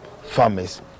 farmers